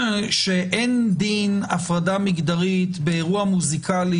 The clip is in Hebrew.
שאין דין הפרדה מגדרית באירוע מוסיקלי,